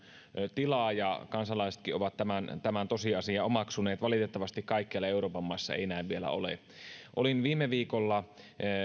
tilaa ja kansalaisetkin ovat tämän tämän tosiasian omaksuneet valitettavasti kaikkialla euroopan maissa ei näin vielä ole olin viime viikolla